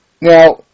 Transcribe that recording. Now